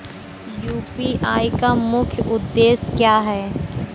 UPI का मुख्य उद्देश्य क्या है?